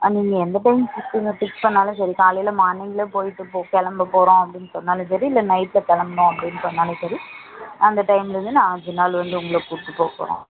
நீங்கள் எந்த டைம் கூப்பிட்டு பிக் பண்ணாலும் சரி காலையில மார்னிங்கில் போயிட்டு கிளம்ப போகறோம் அப்படின் சொன்னாலும் சரி இல்லை நைட்டில் கிளம்ப்ங்க அப்படின் சொன்னாலும் சரி அந்த டைம்லருந்து நான் அஞ்சு நாள் வந்து உங்கள கூபிட்டு போ போகறன்